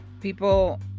People